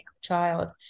child